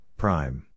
prime